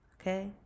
okay